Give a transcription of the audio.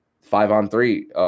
five-on-three